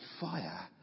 fire